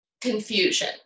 confusion